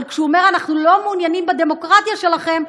אבל כשהוא אומר: אנחנו לא מעוניינים בדמוקרטיה שלכם,